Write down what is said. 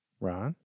Ron